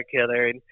together